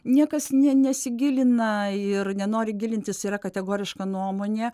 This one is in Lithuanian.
niekas nė nesigilina ir nenori gilintis yra kategoriška nuomonė